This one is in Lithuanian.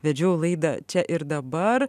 vedžiau laidą čia ir dabar